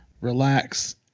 relax